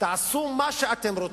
תעשו מה שאתם רוצים.